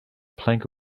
plank